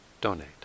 donate